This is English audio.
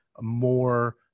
more